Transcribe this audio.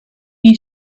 you